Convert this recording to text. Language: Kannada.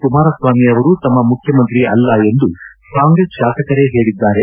ಕುಮಾರಸ್ವಾಮಿ ಅವರು ತಮ್ನ ಮುಖ್ಯಮಂತ್ರಿ ಅಲ್ಲ ಎಂದು ಕಾಂಗ್ರೆಸ್ ಶಾಸಕರೇ ಹೇಳಿದ್ದಾರೆ